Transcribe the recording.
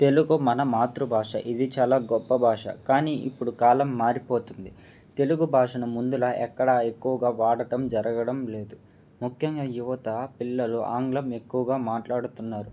తెలుగు మన మాతృభాష ఇది చాలా గొప్ప భాష కానీ ఇప్పుడు కాలం మారిపోతుంది తెలుగు భాషను ముందు లాగా ఎక్కడ ఎక్కువగా వాడటం జరగడం లేదు ముఖ్యంగా యువత పిల్లలు ఆంగ్లం ఎక్కువగా మాట్లాడుతున్నారు